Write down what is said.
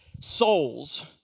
souls